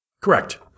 Correct